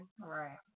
Right